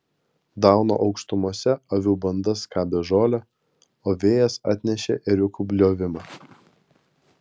dauno aukštumose avių banda skabė žolę o vėjas atnešė ėriukų bliovimą